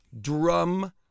drum